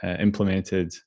implemented